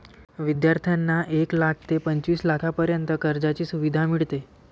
विद्यार्थ्यांना एक लाख ते पंचवीस लाखांपर्यंत कर्जाची सुविधा मिळते